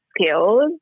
skills